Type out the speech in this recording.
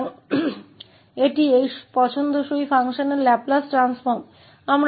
तो यह इस वांछित फ़ंक्शन का लाप्लास रूपांतरण है